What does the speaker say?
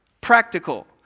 Practical